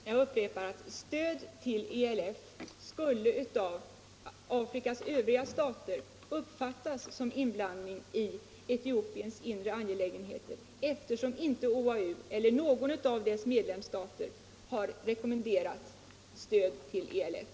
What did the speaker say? Herr talman! Jag upprepar att Afrikas övriga stater skulle uppfatta stöd till ELF som inblandning i Etiopiens inre angelägenheter, eftersom inte OAU eller någon av dess medlemsstater har rekommenderat stöd till ELF.